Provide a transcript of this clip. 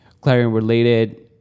clarion-related